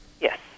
Yes